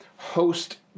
Host